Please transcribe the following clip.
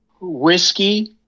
whiskey